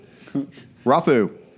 Rafu